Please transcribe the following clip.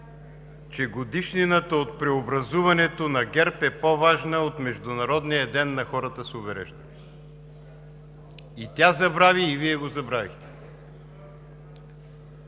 че годишнината от преобразуването на ГЕРБ е по-важна от Международния ден на хората с увреждания. И тя забрави, и Вие го забравихте.